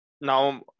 now